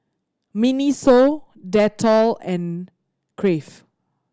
MINISO Dettol and Crave